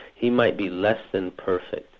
he might be less than perfect.